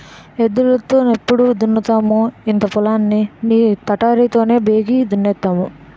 ఎద్దులు తో నెప్పుడు దున్నుదుము ఇంత పొలం ని తాటరి తోనే బేగి దున్నేన్నాము